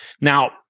Now